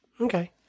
Okay